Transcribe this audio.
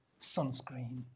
sunscreen